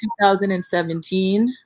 2017